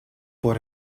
por